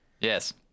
Yes